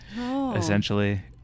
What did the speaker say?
essentially